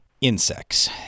insects